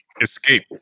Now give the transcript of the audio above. escape